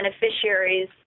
beneficiaries